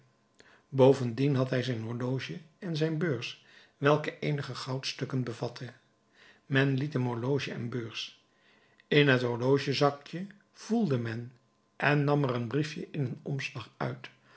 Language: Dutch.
bovendien had hij zijn horloge en zijn beurs welke eenige goudstukken bevatte men liet hem horloge en beurs in het horlogezakje voelde men en nam er een briefje in een omslag uit